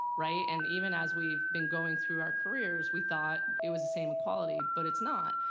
right? and even as we've been going through our careers, we thought it was the same equality. but it's not.